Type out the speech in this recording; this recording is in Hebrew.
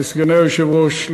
לסגני היושב-ראש,